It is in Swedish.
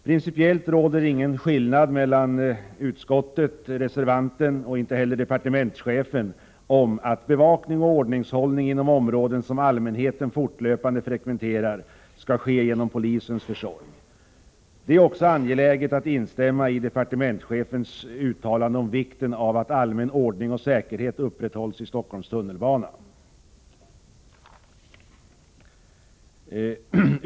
Principiellt råder ingen skillnad mellan utskottets, reservantens och departementschefens uppfattning, att bevakning och ordningshållning inom områden som allmänheten fortlöpande frekventerar skall ske genom polisens försorg. Det är också angeläget att instämma i departementschefens uttalande om vikten av att allmän ordning och säkerhet upprätthålls i Stockholms tunnelbana.